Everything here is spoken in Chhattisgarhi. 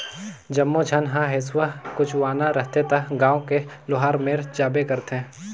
जम्मो झन ह हेसुआ कुचवाना रहथे त गांव के लोहार मेर जाबे करथे